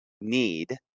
need